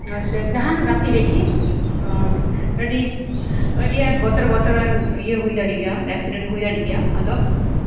ᱥᱮ ᱡᱟᱦᱟᱱ ᱜᱟᱛᱮ ᱨᱮᱜᱮ ᱟᱹᱰᱤ ᱟᱹᱰᱤ ᱟᱸᱴ ᱵᱚᱛᱚᱨ ᱵᱚᱛᱚᱨᱟᱱ ᱤᱭᱟᱹ ᱦᱩᱭ ᱫᱟᱲᱮᱜ ᱜᱮᱭᱟ ᱮᱠᱥᱤᱰᱮᱱᱴ ᱦᱩᱭ ᱫᱟᱲᱮᱜ ᱜᱮᱭᱟ ᱟᱫᱚ